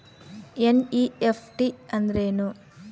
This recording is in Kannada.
ಎನ್.ಇ.ಎಫ್.ಟಿ ಅಂದ್ರೆನು?